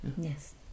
Yes